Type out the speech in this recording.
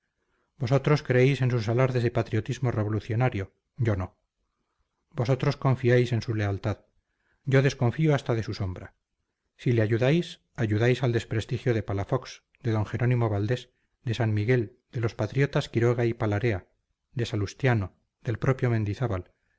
vosotros creéis en sus alardes de patriotismo revolucionario yo no vosotros confiáis en su lealtad yo desconfío hasta de su sombra si le ayudáis ayudáis al desprestigio de palafox de d jerónimo valdés de san miguel de los patriotas quiroga y palarea de salustiano del propio mendizábal